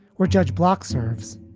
where judge block serves